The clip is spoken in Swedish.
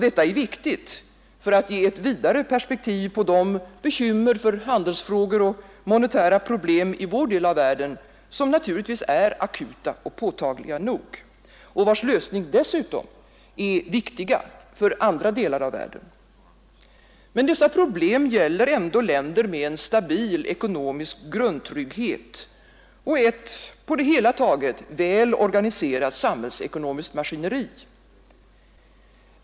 Detta är viktigt för att ge ett vidare perspektiv på de bekymmer för handelsfrågor och monetära problem i vår del av världen, som naturligtvis är akuta och påtagliga nog och vilkas lösning dessutom är viktiga för andra delar av världen. Men dessa problem gäller ändå länder med en stabil ekonomisk grundtrygghet och ett på det hela taget väl organiserat samhällsekonomiskt maskineri.